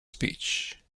speech